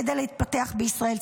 כדי להתפתח בישראל,